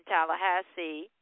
Tallahassee